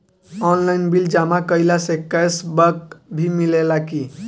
Online bill जमा कईला से कैश बक भी मिलेला की?